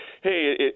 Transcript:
hey